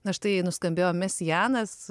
na štai nuskambėjo mesianas